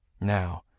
Now